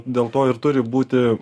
dėl to ir turi būti